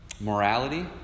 morality